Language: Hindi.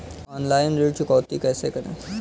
ऑनलाइन ऋण चुकौती कैसे करें?